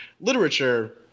literature